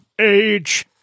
Age